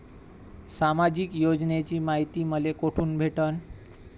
सामाजिक योजनेची मायती मले कोठून भेटनं?